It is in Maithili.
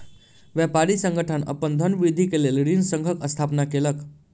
व्यापारी संगठन अपन धनवृद्धि के लेल ऋण संघक स्थापना केलक